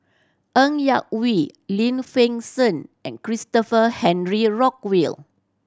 Ng Yak Whee Lim Fen Shen and Christopher Henry Rothwell